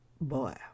boy